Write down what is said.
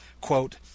quote